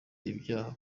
ibyaha